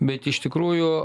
bet iš tikrųjų